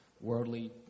worldly